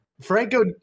Franco